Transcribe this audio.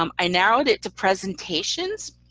um i narrowed it to presentations.